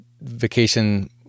vacation